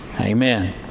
Amen